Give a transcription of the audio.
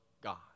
God